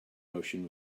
motion